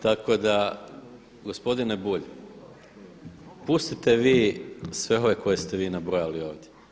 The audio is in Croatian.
Tako da gospodine Bulj, pustite vi sve ove koje ste nabrojali ovdje.